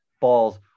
balls